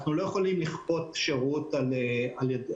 אנחנו לא יכולים לכפות שירות על פונה,